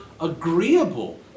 agreeable